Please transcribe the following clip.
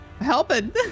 helping